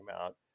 out